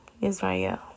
Israel